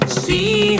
see